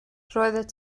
roeddet